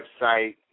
website